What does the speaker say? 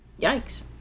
Yikes